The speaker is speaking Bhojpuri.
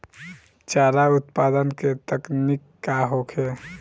चारा उत्पादन के तकनीक का होखे?